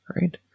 right